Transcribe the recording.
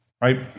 right